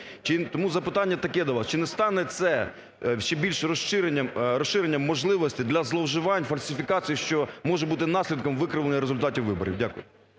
Тому запитання таке до вас: чи не стане це ще більш розширенням можливостей для зловживань, фальсифікацій, що може бути наслідком викривлення результатів виборів. Дякую.